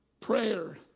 Prayer